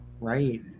Right